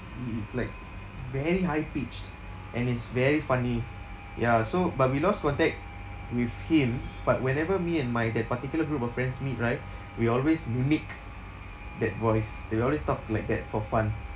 i~ is like very high pitched and it's very funny ya so but we lost contact with him but whenever me and my that particular group of friends meet right we always mimic that voice they will always talk like that for fun